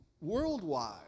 worldwide